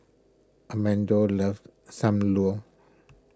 Amado loves Sam Lau